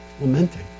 lamenting